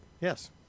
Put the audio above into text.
Yes